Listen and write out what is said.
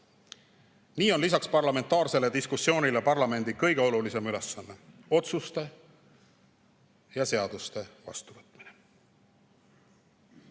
Nii on lisaks parlamentaarsele diskussioonile parlamendi kõige olulisem ülesanne otsuste ja seaduste vastuvõtmine.